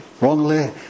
wrongly